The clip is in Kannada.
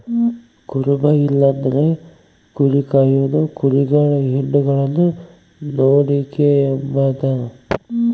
ಕುರುಬ ಇಲ್ಲಂದ್ರ ಕುರಿ ಕಾಯೋನು ಕುರಿಗುಳ್ ಹಿಂಡುಗುಳ್ನ ನೋಡಿಕೆಂಬತಾನ